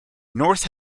north